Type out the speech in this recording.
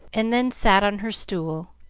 and then sat on her stool,